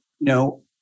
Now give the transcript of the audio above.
No